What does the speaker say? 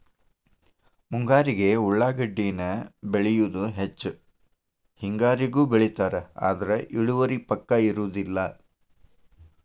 ಮುಂಗಾರಿಗೆ ಉಳಾಗಡ್ಡಿನ ಬೆಳಿಯುದ ಹೆಚ್ಚ ಹೆಂಗಾರಿಗೂ ಬೆಳಿತಾರ ಆದ್ರ ಇಳುವರಿ ಪಕ್ಕಾ ಬರುದಿಲ್ಲ